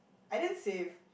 I didn't save